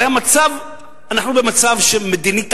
אנחנו במצב מדיני תקוע,